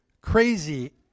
crazy